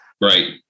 Right